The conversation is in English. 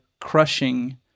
crushing